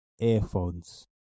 Earphones